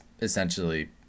essentially